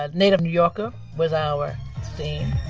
ah native new yorker was our theme